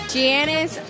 Giannis